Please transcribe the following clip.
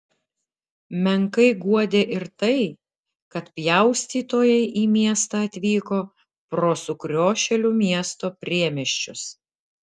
menkai guodė ir tai kad pjaustytojai į miestą atvyko pro sukriošėlių miesto priemiesčius